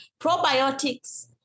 Probiotics